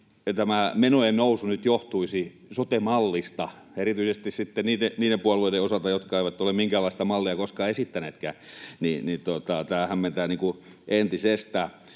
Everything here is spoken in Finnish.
tämä menojen nousu nyt johtuisi sote-mallista. Erityisesti sitten niiden puolueiden osalta, jotka eivät ole minkäänlaista mallia koskaan esittäneetkään, tämä hämmentää entisestään.